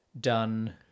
done